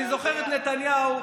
אני זוכר את נתניהו,